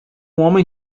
homem